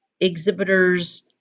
exhibitors